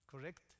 Correct